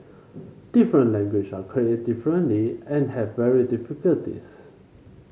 different language are created differently and have varying difficulties